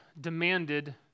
demanded